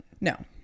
No